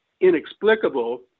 inexplicable